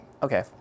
okay